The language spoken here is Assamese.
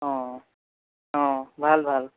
অঁ অঁ ভাল ভাল